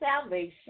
salvation